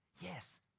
yes